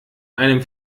einem